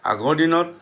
আগৰ দিনত